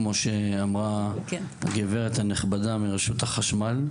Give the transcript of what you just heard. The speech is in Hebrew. כמו שאמרה הגב' הנכבדה מרשות החשמל,